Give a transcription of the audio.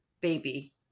baby